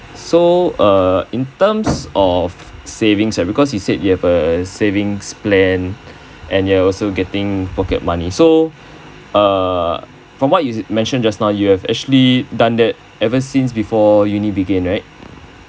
so uh in terms of savings right because you said you have a savings plan and you're also getting pocket money so uh from what you mentioned just now you have actually done that ever since before uni begin right